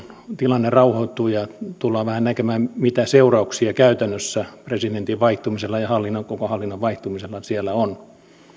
tilanne rauhoittuu ja tullaan vähän näkemään mitä seurauksia käytännössä presidentin vaihtumisella ja koko hallinnon vaihtumisella siellä